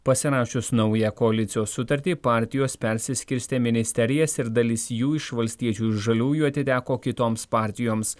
pasirašius naują koalicijos sutartį partijos persiskirstė ministerijas ir dalis jų iš valstiečių ir žaliųjų atiteko kitoms partijoms